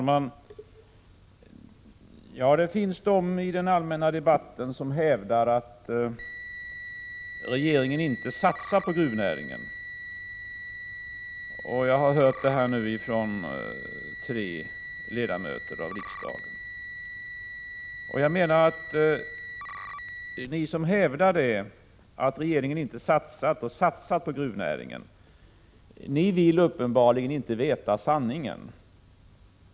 Herr talman! Det finns de som hävdar att regeringen inte satsar på gruvnäringen. Jag har nu hört detta från tre ledamöter av riksdagen. Ni som hävdar att regeringen inte satsar på gruvnäringen vill uppenbarligen inte veta sanningen.